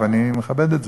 ואני מכבד את זה,